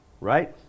right